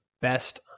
best